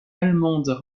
allemandes